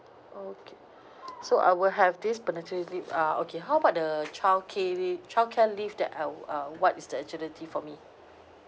okay so I will have this paternity lea~ ah okay how about the childcare lea~ childcare leave that I wh~ uh what is the eligibility for me